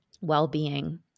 well-being